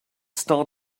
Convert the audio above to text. start